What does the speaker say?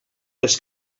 les